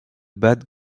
bad